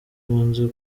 impunzi